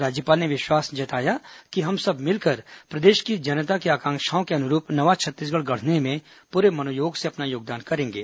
राज्यपाल ने विश्वास जताया कि हम सब मिलकर प्रदेश की जनता की आकांक्षाओं के अनुरूप नवा छत्तीसगढ़ गढ़ने में पूरे मनोयोग से अपना योगदान करेंगे